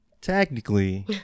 technically